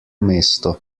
mesto